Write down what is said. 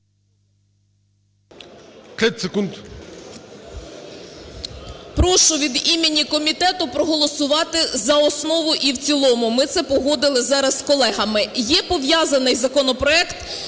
Прошу від імені комітету проголосувати за основу і в цілому, ми це погодили зараз з колегами. Є пов'язаний законопроект